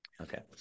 okay